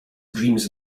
dreams